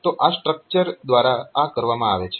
તો આ સ્ટ્રક્ચર દ્વારા આ કરવામાં આવે છે